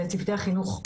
לצוותי החינוך,